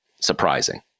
surprising